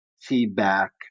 feedback